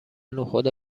نخود